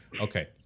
Okay